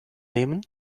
nehmen